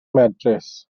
medrus